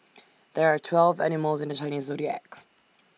there are twelve animals in the Chinese Zodiac